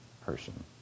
person